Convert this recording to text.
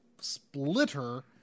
splitter